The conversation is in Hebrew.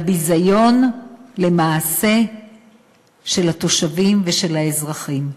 לביזיון למעשה של התושבים ושל האזרחים,